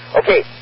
okay